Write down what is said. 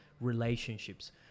relationships